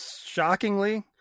shockingly